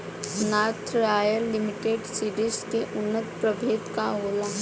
North royal limited seeds के उन्नत प्रभेद का होला?